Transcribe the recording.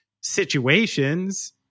situations